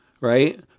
right